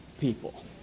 people